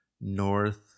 north